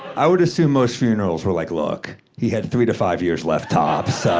i would assume most funerals were like, look, he had three to five years left, tops, so.